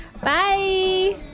Bye